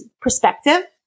perspective